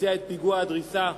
ביצע את פיגוע הדריסה,